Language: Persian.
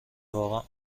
واقع